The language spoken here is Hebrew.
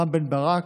רם בן ברק,